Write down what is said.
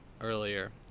earlier